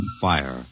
fire